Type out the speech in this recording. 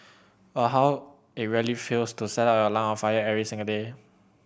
or how it really feels to set your lungs on fire every single day